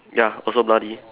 ya also bloody